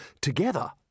together